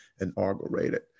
inaugurated